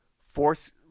force